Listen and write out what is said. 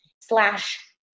slash